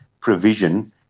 provision